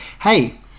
hey